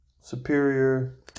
Superior